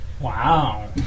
wow